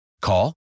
Call